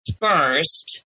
first